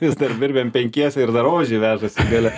vis dar birbiam penkiese ir dar ožį vežasi gale